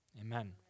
Amen